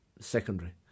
secondary